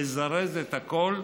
לזרז את הכול,